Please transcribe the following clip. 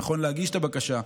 נכון להגיש את הבקשה,